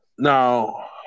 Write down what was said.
Now